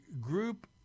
group